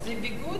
זה ביגוד,